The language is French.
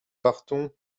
partons